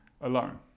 alone